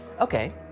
Okay